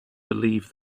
believe